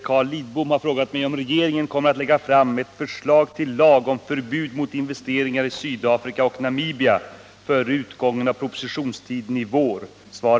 Kommer regeringen att lägga fram ett förslag till lag om förbud mot investeringar i Sydafrika och Namibia före utgången av propositionstiden i vår?